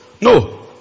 No